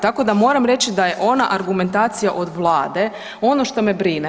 Tako da moram reći da je ona argumentacija od Vlade ono što me brine.